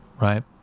right